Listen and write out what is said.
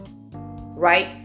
Right